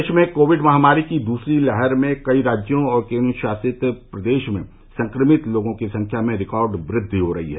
देश में कोविड महामारी की दूसरी लहर में कई राज्यों और केंद्र शासित प्रदेश में संक्रमित लोगों की संख्या में रिकॉर्ड वृद्धि हो रही है